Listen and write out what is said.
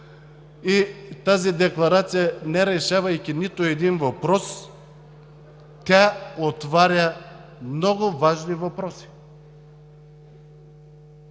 Тази декларация, не решавайки нито един въпрос, тя отваря много важни въпроси